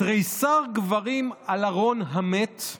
"תריסר גברים על ארון המת /